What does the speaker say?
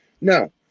No